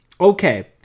Okay